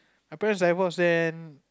my parents divorce then